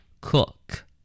Cook